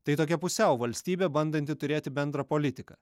tai tokia pusiau valstybė bandanti turėti bendrą politiką